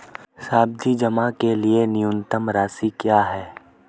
सावधि जमा के लिए न्यूनतम राशि क्या है?